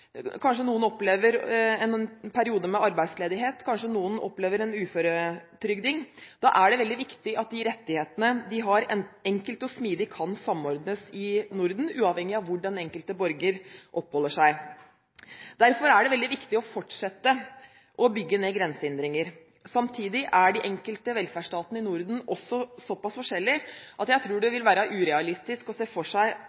kanskje noen av dem opplever en periode med arbeidsledighet, kanskje noen av dem blir uføretrygdet – er det veldig viktig at de rettighetene de har, enkelt og smidig kan samordnes i Norden, uavhengig av hvor den enkelte borger oppholder seg. Derfor er det veldig viktig å fortsette å bygge ned grensehindringer. Samtidig er de enkelte velferdsrettighetene i Norden såpass forskjellige at jeg tror det vil være urealistisk å se for seg